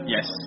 Yes